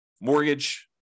mortgage